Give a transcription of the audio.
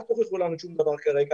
אל תוכיחו לנו שום דבר כרגע,